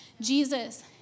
Jesus